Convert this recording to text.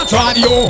radio